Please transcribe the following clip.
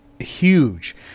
huge